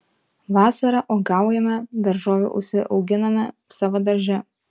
vasarą uogaujame daržovių užsiauginame savo darže